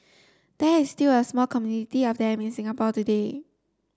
there is still a small community of them in Singapore today